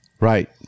Right